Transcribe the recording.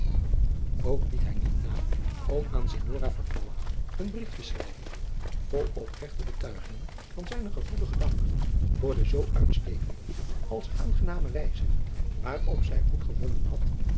ook liet hij niet na om aan signora farfalla een brief te schrijven vol opregte betuigingen van zijnen gevoeligen dank voor de zoo uitstekende als aangename adriaan loosjes pzn het leven van maurits lijnslager wijze waarop zij goedgevonden had